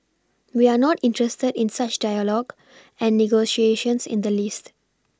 we are not interested in such dialogue and negotiations in the least